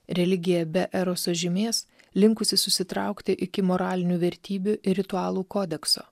religija be eroso žymės linkusi susitraukti iki moralinių vertybių ir ritualų kodekso